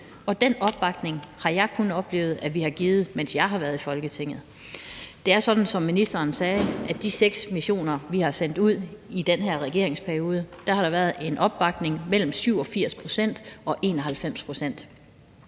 Den opbakning har jeg kun oplevet at vi har givet, mens jeg har været i Folketinget. Det er sådan, som ministeren sagde, at der til de seks missioner, vi har sendt ud i den her regeringsperiode, har været en opbakning på mellem 87 og 91 pct.